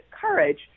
courage